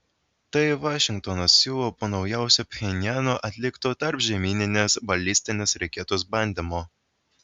tai vašingtonas siūlo po naujausio pchenjano atlikto tarpžemyninės balistinės raketos bandymo